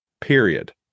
period